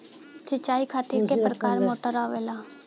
सिचाई खातीर क प्रकार मोटर आवेला?